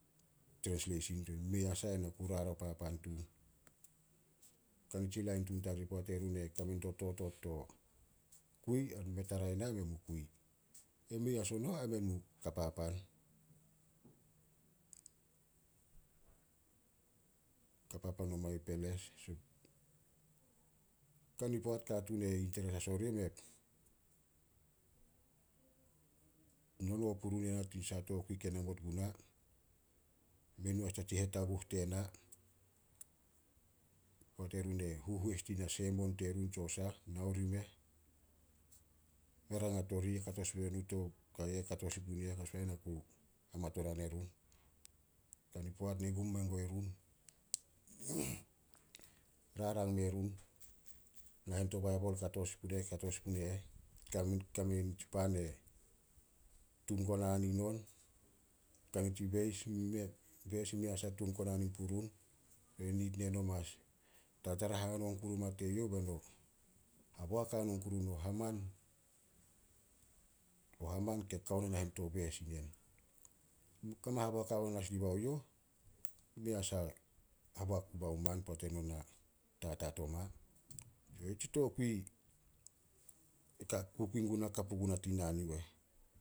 Trensleisin mei a sah ai na ku rarao papan tun. Kani tsi lain tun tarih, poat erun e kame do totot to kui ai run dime tara i na ai men mu kui. Ai mei as o nouh, ai men mu ka papan- ka papan omai peles. Kani poat katuun e interes as orih me nono purun ena tin saha tokui ke namot guna, me nu as da tsi hetaguh tena, poat erun e huhois dina semon terun tsio sah. Nao rimeh, me rangat oria ya kato sin puno nuh to ka eh ai na ku hamatonan erun. Kani poat ne gum mengue run rarang merun. Nahen to baibol kato sin pune eh- kato sin pune eh. Kame na nitsi pan e tun konanin on, Kani tsi beis beis mei a sah tun konanin purun. niid ne no mas tartara hanon kuru oma teyouh be no haboak hanon kuru no haman- o haman ke kao na nahen to beis i nen. Koma haboak hanon as dibao youh, mei asa haboak pumao man poat eno na tatat oma. Tsi tokui kukui guna ka puguna tin naan yu eh.